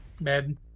Bad